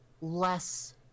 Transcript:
less